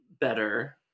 better